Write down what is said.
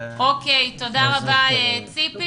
תודה רבה, ציפי.